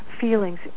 feelings